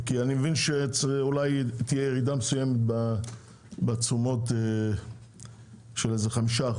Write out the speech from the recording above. כי אני מבין שאולי תהיה ירידה מסוימת בתשומות של כ-5%.